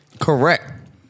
correct